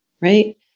Right